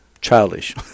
childish